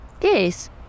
Yes